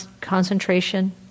concentration